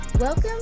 Welcome